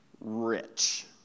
rich